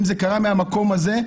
אם היא קרתה מן המקום הזה,